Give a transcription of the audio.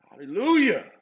Hallelujah